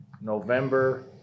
November